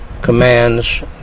Commands